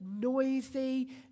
noisy